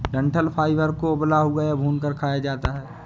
डंठल फाइबर को उबला हुआ या भूनकर खाया जाता है